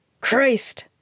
Christ